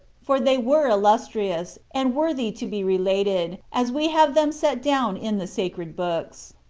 for they were illustrious, and worthy to be related, as we have them set down in the sacred books.